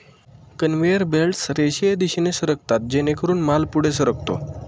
conveyor belts रेषीय दिशेने सरकतात जेणेकरून माल पुढे सरकतो